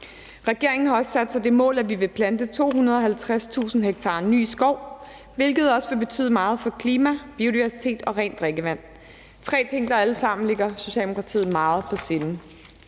Regeringen har også sat sig det mål, at vi vil plante 250.000 ha ny skov, hvilket også vil betyde meget for klima, biodiversitet og rent drikkevand. Det er tre ting, der alle sammen ligger Socialdemokratiet meget på sinde.